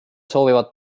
soovivad